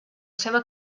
seva